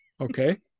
Okay